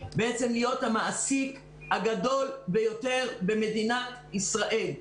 בעצם להיות המעסיק הגדול במדינת ישראל.